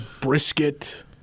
brisket